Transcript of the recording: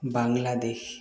Bangladesh